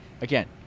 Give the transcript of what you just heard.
again